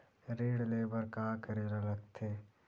ऋण ले बर का करे ला लगथे?